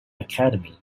academy